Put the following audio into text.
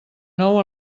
nou